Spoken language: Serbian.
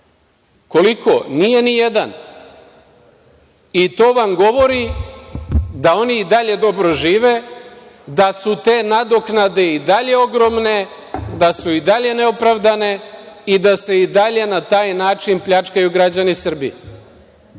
Koliko? Nije nijedan i to vam govori da oni i dalje dobro žive, da su te nadoknade i dalje ogromne, da su i dalje neopravdane i da se i dalje na taj način pljačkaju građani Srbije,